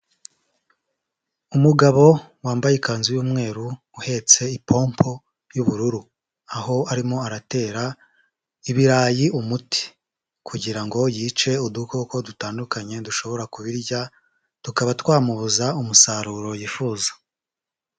Umugabo wambaye ikanzu y'umweru uhetse ipompo y'ubururu. Aho arimo aratera ibirayi umuti. Kugira ngo yice udukoko dutandukanye dushobora kubirya, tukaba twamubuza umusaruro yifuza.